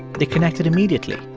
they connected immediately,